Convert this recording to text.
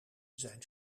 zijn